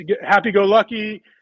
happy-go-lucky